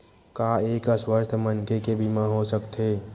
का एक अस्वस्थ मनखे के बीमा हो सकथे?